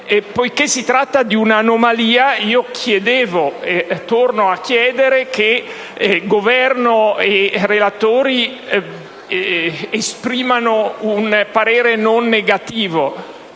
Poiche´ si tratta di una anomalia, io chiedevo, e torno a chiedere, che il Governo e i relatori esprimano un parere non negativo.